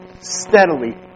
steadily